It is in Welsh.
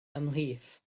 ymhlith